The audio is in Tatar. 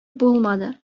булмады